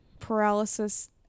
paralysis